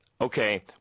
okay